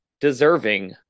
deserving